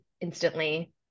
instantly